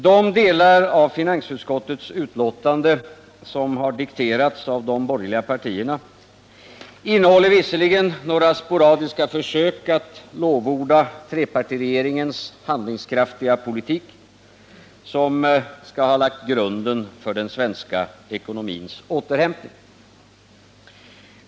De delar av finansutskottets betänkande som dikterats av de borgerliga partierna innehåller visserligen några sporadiska försök att lovorda trepartiregeringens handlingskraftiga politik, som skall ha lagt grunden för den svenska ekonomins återhämtning.